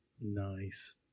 Nice